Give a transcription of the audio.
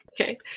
okay